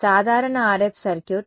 సాధారణ RF circuit